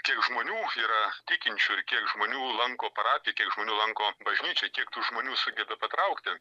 kiek žmonių yra tikinčių ir kiek žmonių lanko parapiją kiek žmonių lanko bažnyčią kiek tų žmonių sugeba patraukti